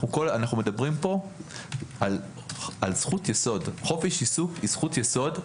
אנחנו מדברים פה על זכות יסוד חופש עיסוק הוא זכות יסוד,